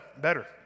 better